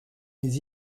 mais